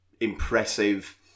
impressive